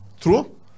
True